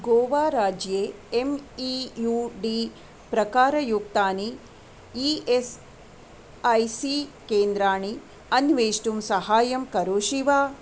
गोवा राज्ये M E U D प्रकारयुक्तानि E S I C केन्द्राणि अन्वेष्टुं साहाय्यं करोषि वा